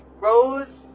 Rose